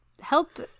helped